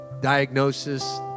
diagnosis